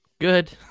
good